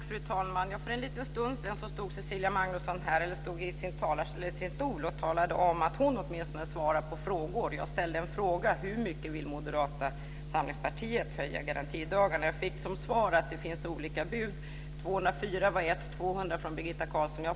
Fru talman! Kammarkamrater och åhörare!